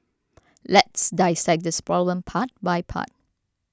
let's dissect this problem part by part